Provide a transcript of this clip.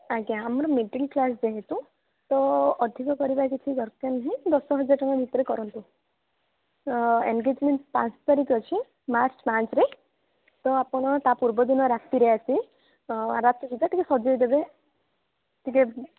ଆଜ୍ଞା ଆମର middle class ଯେହେତୁ ତ ଅଧିକ କରିବା କିଛି ଦରକାର ନାହିଁ ଦଶ ହଜାର ଟଙ୍କା ଭିତରେ କରନ୍ତୁ ଏନ୍ଗେଜ୍ମେଣ୍ଟ୍ ପାଞ୍ଚ ତାରିଖ ଅଛି ମାର୍ଚ୍ଚ୍ ପାଞ୍ଚରେ ତ ଆପଣ ତା ପୂର୍ବ ଦିନ ରାତିରେ ଆସି ରାତି ସୁଦ୍ଧା ଟିକିଏ ସଜେଇ ଦେବେ ଟିକିଏ